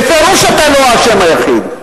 בפירוש אתה לא האשם היחיד.